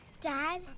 Dad